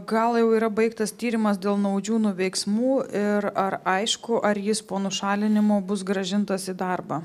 gal jau yra baigtas tyrimas dėl naudžiūno veiksmų ir ar aišku ar jis po nušalinimo bus grąžintas į darbą